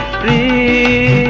the